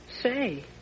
Say